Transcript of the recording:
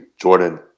Jordan